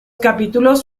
capítulos